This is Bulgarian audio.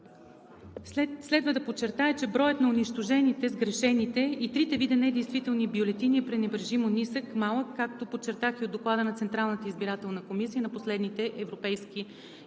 Следва да подчертая, че броят на унищожените, сгрешените и трите вида недействителни бюлетини е пренебрежимо нисък, малък, както подчертаха и от Доклада на Централната избирателна комисия на последните европейски